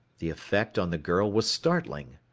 the effect on the girl was startling.